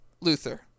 Luther